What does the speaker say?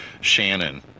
Shannon